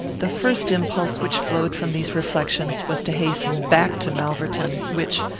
the first impulse which flowed from these reflections was to hasten back to malverton which,